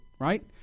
right